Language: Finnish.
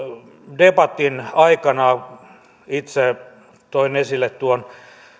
debatin aikana itse toin esille tuon